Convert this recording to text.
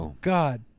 God